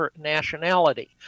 nationality